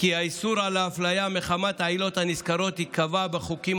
שאיסור אפליה מחמת העילות הנזכרות ייקבע בחוקים